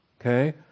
okay